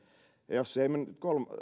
jos se ei mene